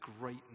great